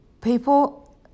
People